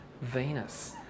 Venus